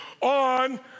on